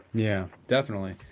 yeah. definitely.